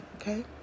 okay